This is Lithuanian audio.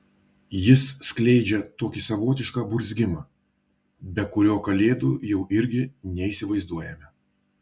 jis skleidžia tokį savotišką burzgimą be kurio kalėdų jau irgi neįsivaizduojame